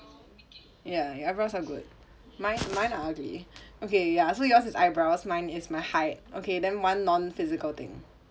ya your eyebrows are good mine mine are ugly okay you are so yours is eyebrows mine is my height okay then one non physical thing